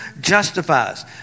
justifies